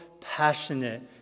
passionate